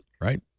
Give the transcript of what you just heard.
right